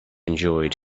enjoyed